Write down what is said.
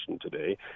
today